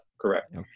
correct